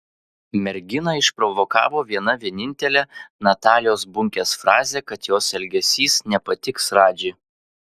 merginą išprovokavo viena vienintelė natalijos bunkės frazė kad jos elgesys nepatiks radži